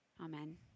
Amen